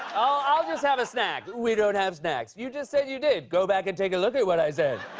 i'll just have a snack. we don't have snacks. you just said you did. go back and take a look at what i said.